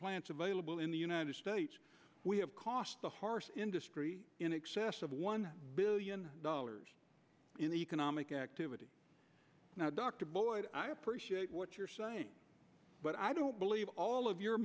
plants available in the united states we have cost the horse industry in excess of one billion dollars in the economic activity now dr boyd i appreciate what you're saying but i don't believe all of your